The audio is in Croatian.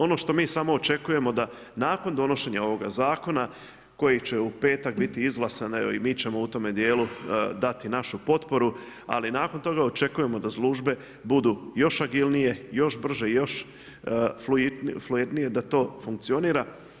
Ono što mi samo očekujemo da nakon donošenja ovog zakona koji će u petak biti izglasan, evo i mi ćemo u tom dijelu dati našu potporu, ali nakon toga očekujemo da službe budu još agilnije, još brže, još fluidnije da to funkcionira.